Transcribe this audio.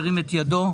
ירים את ידו.